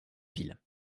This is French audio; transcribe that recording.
ville